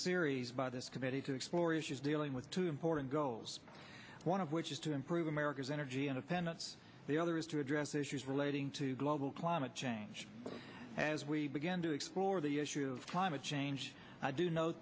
series by this committee to explore issues dealing with two important goals one of which is to improve america's energy independence the other is to address issues relating to global climate change as we began to explore the issue of climate change i do no